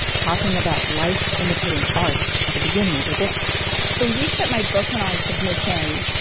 talking about life imitating art at the beginning of her book the week that my book went on submission,